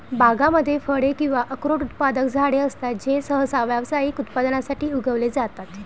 बागांमध्ये फळे किंवा अक्रोड उत्पादक झाडे असतात जे सहसा व्यावसायिक उत्पादनासाठी उगवले जातात